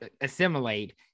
assimilate